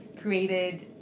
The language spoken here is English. created